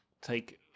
take